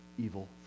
evil